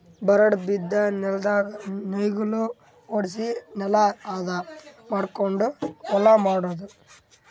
ಬರಡ್ ಬಿದ್ದ ನೆಲ್ದಾಗ ನೇಗಿಲ ಹೊಡ್ಸಿ ನೆಲಾ ಹದ ಮಾಡಕೊಂಡು ಹೊಲಾ ಮಾಡದು